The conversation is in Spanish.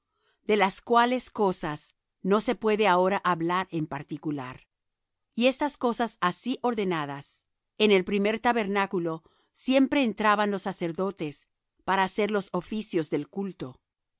de las cuales cosas no se puede ahora hablar en particular y estas cosas así ordenadas en el primer tabernáculo siempre entraban los sacerdotes para hacer los oficios del culto